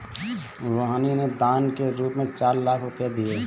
रूहानी ने दान के रूप में चार लाख रुपए दिए